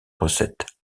recette